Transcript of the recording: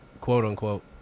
quote-unquote